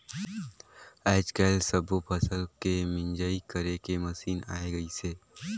आयज कायल सब्बो फसल के मिंजई करे के मसीन आये गइसे